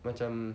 macam